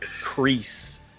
Crease